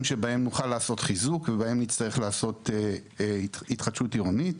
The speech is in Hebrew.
שבהם נוכל לעשות חיזוק ובהם נצטרך לעשות התחדשות עירונית.